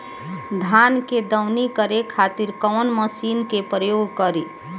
धान के दवनी करे खातिर कवन मशीन के प्रयोग करी?